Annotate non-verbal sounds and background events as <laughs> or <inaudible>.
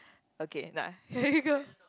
okay nah <laughs> here you go